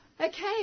Okay